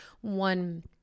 one